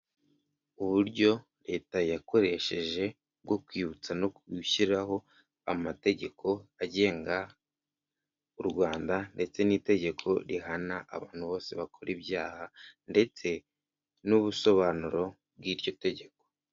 Uburyo leta yakoresheje, bwo kwibutsa no gushyiraho amategeko, ajyenga u Rwanda, ndetse n'itegeko rihana abantu bose bakora ibyaha, ndetse n'ubusobanuro, bw'iryo tegeko.